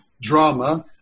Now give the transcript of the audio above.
drama